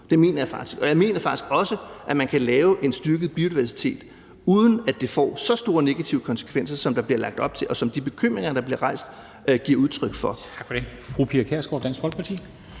det mener jeg faktisk. Og jeg mener faktisk også, at man kan styrke biodiversiteten, uden at det får så store negative konsekvenser, som der bliver lagt op til, og som de bekymringer, der bliver rejst, giver udtryk for.